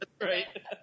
Right